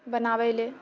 बनाबै लए